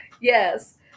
Yes